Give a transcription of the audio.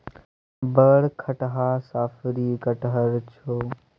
बड़ खटहा साफरी कटहड़ छौ